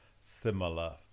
similar